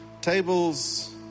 tables